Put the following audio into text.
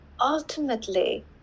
ultimately